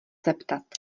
zeptat